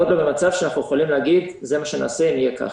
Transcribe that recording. אנחנו עוד לא במצב שאנחנו יכולים להגיד: זה מה שנעשה אם יהיה כך.